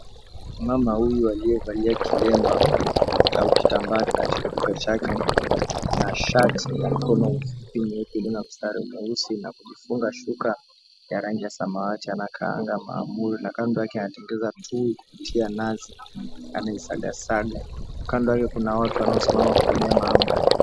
Mama huyu aliyevalia kilemba au kitamba katika kichwa chake na shati ya mkono mfupi nyeupe na mistari nyeusi na kujifunga shuka ya rangi ya samawati. Anakaanga mahamri na kando yake anatengeneza tui kupitia nazi anaisagasaga. Kando yake, kuna watu wanaosimama wakingonjea mahamri.